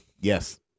Yes